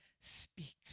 speaks